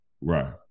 Right